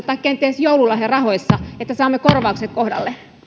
tai kenties joululahjarahoissa niin että saamme korvaukset kohdalleen